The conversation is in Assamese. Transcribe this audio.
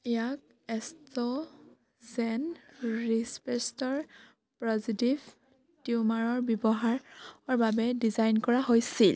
ইয়াক এষ্ট্ৰজেন ৰিচপেছটৰ পজিটিভ টিউমাৰৰ ব্যৱহাৰৰ বাবে ডিজাইন কৰা হৈছিল